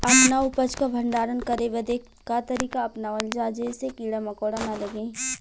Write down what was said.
अपना उपज क भंडारन करे बदे का तरीका अपनावल जा जेसे कीड़ा मकोड़ा न लगें?